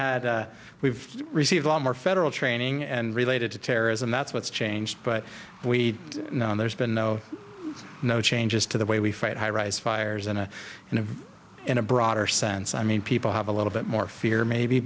had we've received a lot more federal training and related to terrorism that's what's changed but we know there's been no no changes to the way we fight highrise fires and you know in a broader sense i mean people have a little bit more fear maybe